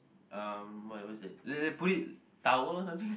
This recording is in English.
um what was that they they put it towel or something